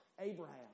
Abraham